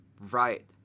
Right